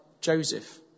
Joseph